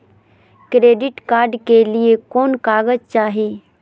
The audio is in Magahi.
क्रेडिट कार्ड के लिए कौन कागज चाही?